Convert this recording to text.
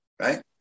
right